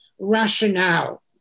Rationale